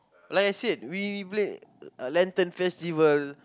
like I said we played lantern festival